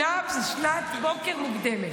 שנ"ב זה שנת בוקר מוקדמת.